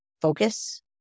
focus